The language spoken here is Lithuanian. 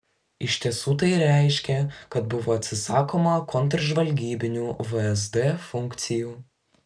iš tiesų tai reiškė kad buvo atsisakoma kontržvalgybinių vsd funkcijų